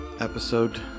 Episode